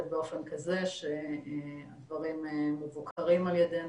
באופן כזה שהדברים מבוקרים על ידינו,